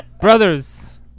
Brothers